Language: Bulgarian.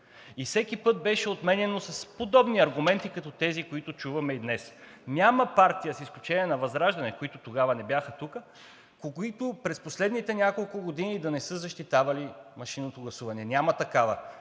г. Всеки път беше отменяно с подобни аргументи като тези, които чуваме и днес. Няма партия, с изключение на ВЪЗРАЖДАНЕ, които тогава не бяха тук, която през последните няколко години да не е защитавала машинното гласуване. Няма такава,